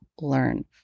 learn